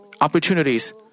opportunities